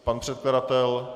Pan předkladatel?